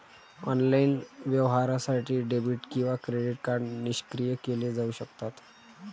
online व्यवहारासाठी debit किंवा credit card निष्क्रिय केले जाऊ शकतात